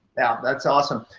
yeah. that's awesome,